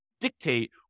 Dictate